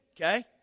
Okay